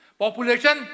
population